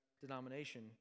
denomination